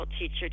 teacher